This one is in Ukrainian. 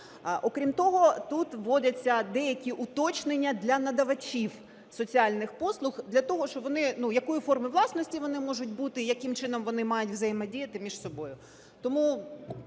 Окрім того, тут вводяться деякі уточнення для надавачів соціальних послуг для того, щоб вони.., якої форми власності вони можуть бути і яким чином вони мають взаємодіяти між собою.